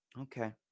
Okay